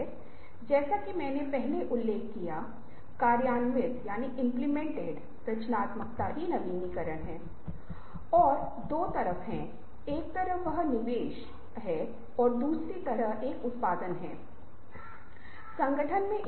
हालाँकि जैसा कि मैंने आपके साथ साझा किया है मैं इस वीडियो लेक्चर के साथ कुछ सामग्री साझा कर रहा हूं जो आपको किसी भी तरह की व्यक्तिगत या समूह गतिविधि के साथ मदद कर सकता है जो आपके मन में हो